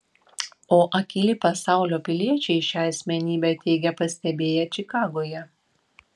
o akyli pasaulio piliečiai šią asmenybę teigia pastebėję čikagoje